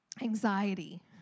Anxiety